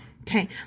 Okay